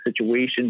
situation